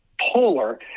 polar